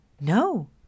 No